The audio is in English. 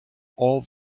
all